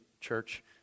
church